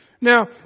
Now